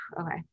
okay